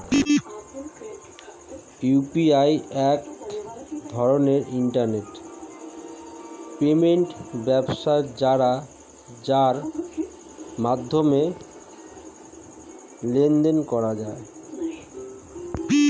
UPI এক ধরনের internet payment ব্যবস্থা যার মাধ্যমে লেনদেন করা যায়